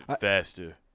faster